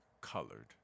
colored